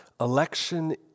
Election